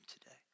today